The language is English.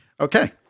Okay